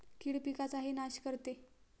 कीड पिकाचाही नाश करते